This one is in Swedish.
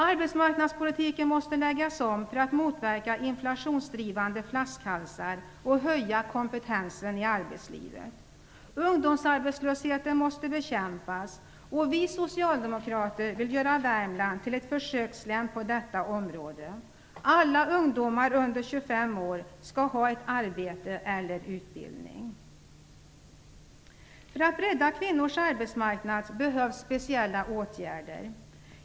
Arbetsmarknadspolitiken måste läggas om för att motverka inflationsdrivande flaskhalsar och höja kompetensen i arbetslivet. Ungdomsarbetslösheten måste bekämpas. Vi socialdemokrater vill göra Värmland till ett försökslän på detta område. Alla ungdomar under 25 år skall har ett arbete eller utbildning. För att bredda kvinnors arbetsmarknad behövs speciella åtgärder.